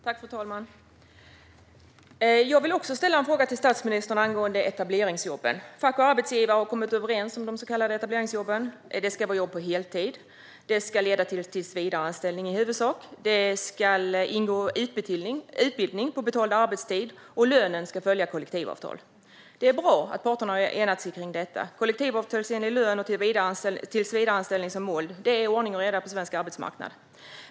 Fru talman! Jag vill också ställa en fråga till statsministern angående etableringsjobben. Fack och arbetsgivare har kommit överens om de så kallade etableringsjobben. Det ska vara jobb på heltid, det ska i huvudsak leda till en tillsvidareanställning, det ska ingå utbildning på betald arbetstiden och lönen ska följa kollektivavtal. Det är bra att parterna har enats om detta. Kollektivavtalsenlig lön och tillsvidareanställning som mål, det är ordning och reda på svensk arbetsmarknad.